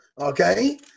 Okay